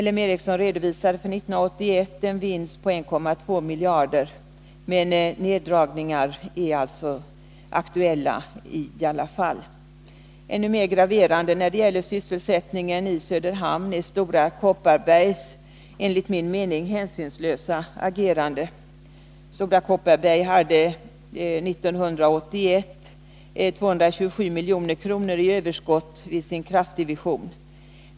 L M Ericsson redovisade för 1981 en vinst på 1,2 miljarder. Men neddragningar är alltså ändå aktuella. Ännu mera graverande när det gäller sysselsättningen i Söderhamn är Stora Kopparbergs enligt min mening hänsynslösa agerande. 1981 hade Stora Kopparberg 227 milj.kr. i överskott vid sin kraftdivision.